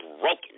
broken